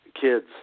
kids